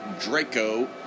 Draco